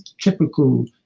typical